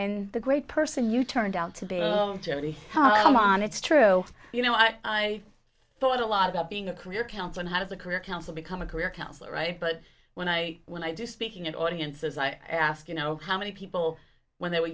and the great person you turned out to be jody come on it's true you know i thought a lot about being a career counselor how does a career counselor become a career counselor right but when i when i do speaking at audiences i ask you know how many people when they were